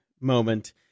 moment